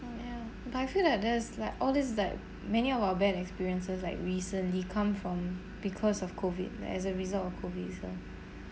mm ya but I feel like there's like all these that many of our bad experiences like recently come from because of COVID as a result of COVID itself